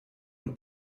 und